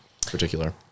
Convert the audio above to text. particular